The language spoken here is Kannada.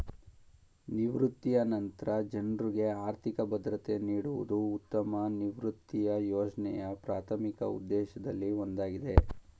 ನಿವೃತ್ತಿಯ ನಂತ್ರ ಜನ್ರುಗೆ ಆರ್ಥಿಕ ಭದ್ರತೆ ನೀಡುವುದು ಉತ್ತಮ ನಿವೃತ್ತಿಯ ಯೋಜ್ನೆಯ ಪ್ರಾಥಮಿಕ ಉದ್ದೇಶದಲ್ಲಿ ಒಂದಾಗಿದೆ